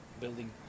building